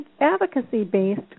advocacy-based